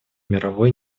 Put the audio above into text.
мировой